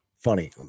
funny